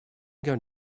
going